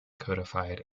codified